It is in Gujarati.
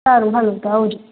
હારું હારું હાલો આવજો